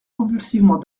convulsivement